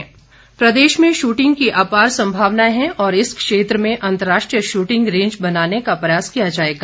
राजीव सैजल प्रदेश में शूटिंग की अपार संभावनाएं हैं और इस क्षेत्र में अंतर्राष्ट्रीय शूटिंग रेंज बनाने का प्रयास किया जाएगा